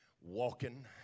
walking